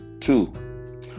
two